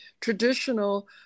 traditional